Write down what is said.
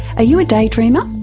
ah you a daydreamer?